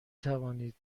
توانید